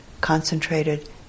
concentrated